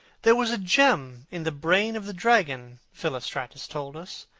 there was a gem in the brain of the dragon, philostratus told us,